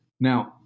Now